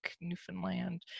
Newfoundland